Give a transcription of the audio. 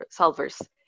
solvers